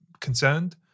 concerned